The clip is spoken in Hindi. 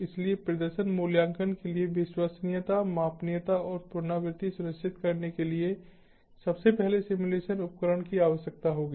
इसलिए प्रदर्शन मूल्यांकन के लिए विश्वसनीयता मापनीयता और पुनरावृत्ति सुनिश्चित करने के लिए सबसे पहले सिम्युलेशन उपकरण की आवश्यकता होगी